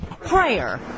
Prayer